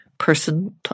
person